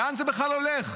לאן זה בכלל הולך?